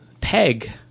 peg